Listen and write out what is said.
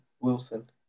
Wilson